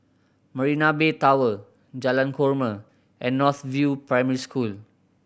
Marina Bay Tower Jalan Korma and North View Primary School